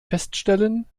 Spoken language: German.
feststellen